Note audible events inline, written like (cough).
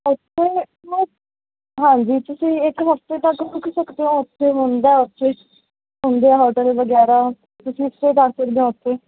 (unintelligible) ਹਾਂਜੀ ਤੁਸੀਂ ਇੱਕ ਹਫਤੇ ਤੱਕ (unintelligible) ਹੁੰਦਾ ਉੱਥੇ ਹੁੰਦੇ ਹੈ ਹੋਟਲ ਵਗੈਰਾ ਤੁਸੀਂ ਉੱਥੇ ਜਾ ਸਕਦੇ ਹੋ ਉੱਥੇ